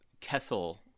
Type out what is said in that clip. Kessel